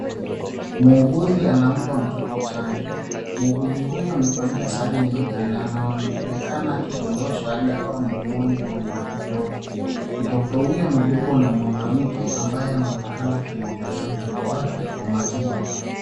Muuguzi anampa mtoto chanjo muuguzi huyo amevalia sare nyeupe anaonekana akidondosha dawa mdomoni mwa mtoto, mtoto huyo amebebwa na mwanamke ambaye anaonekana akimwangalia mtoto wake kw makini.